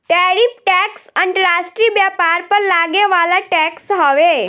tariff tax अंतर्राष्ट्रीय व्यापार पर लागे वाला टैक्स हवे